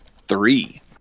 three